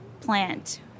plant